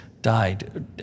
died